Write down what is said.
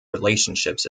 relationships